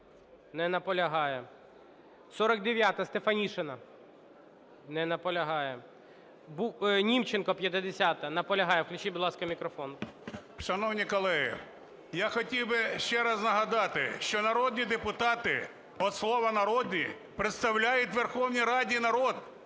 Не наполягає. 49-а, Стефанишина. Не наполягає. Німченко, 50-а. Наполягає. Включіть, будь ласка, мікрофон. 11:14:09 НІМЧЕНКО В.І. Шановні колеги! Я хотів би ще раз нагадати, що народні депутати – від слова народні, представляють у Верховній Раді народ.